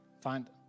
Find